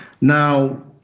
Now